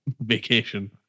vacation